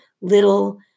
little